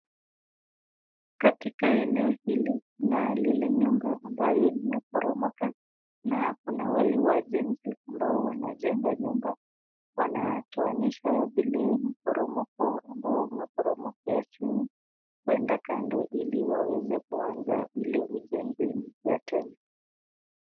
Katika eneo hili kuna lile nyumba ambalo limeporomoka na kuna wale wajenzi ambao wanajenga nyumba na wanatoanisha zile mporomoko ambao umeporomokea chini kuenda kando ili waweze kuandaa ule ujenzi mpya tena.